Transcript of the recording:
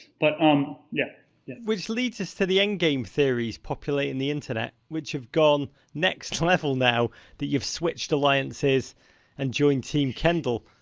but, um. yeah. roger yeah which leads us to the end game theories populating the internet, which have gone next level now that you've switched alliances and joined team kendall.